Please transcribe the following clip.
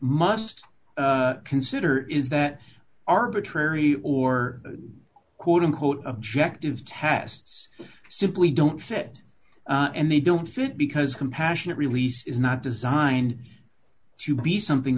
must consider is that arbitrary or quote unquote objective tests simply don't fit and they don't fit because compassionate release is not designed to be something